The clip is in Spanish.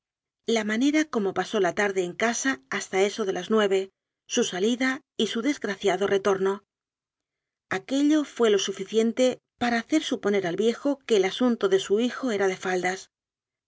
la manera cómo pasó la tarde en casa hasta eso de las nueve su salida y su desgraciado re torno aquello fué lo suficiente para hacer su poner al viejo que el asunto de su hijo era de faldas